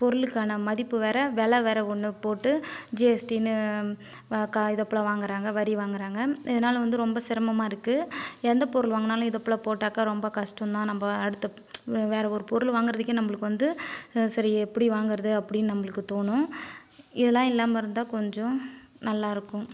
பொருளுக்கான மதிப்பு வேறு வில வேறு ஒன்று போட்டு ஜிஎஸ்டினு வ க இத போல வாங்கறாங்க வரி வாங்கறாங்க இதனால வந்து ரொம்ப சிரமமாகருக்கு எந்த பொருள் வாங்குனாலும் இது போல போட்டாக்க ரொம்ப கஸ்டோதான் நம்ப அடுத்த வேறு ஒரு பொருள் வாங்குறதுக்கே நம்மளுக்கு வந்து சரி எப்படி வாங்கறது அப்படின்னு நம்மளுக்கு தோணும் இதெல்லாம் இல்லாமல் இருந்தால் கொஞ்ச நல்லா இருக்கும்